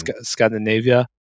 Scandinavia